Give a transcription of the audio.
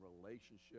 relationship